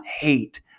hate